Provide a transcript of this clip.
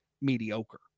mediocre